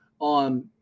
on